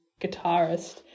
guitarist